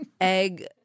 egg